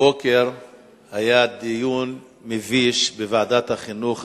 הבוקר היה דיון מביש בוועדת החינוך,